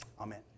Amen